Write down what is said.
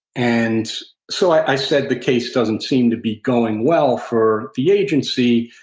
and so i said the case doesn't seem to be going well for the agency,